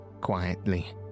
quietly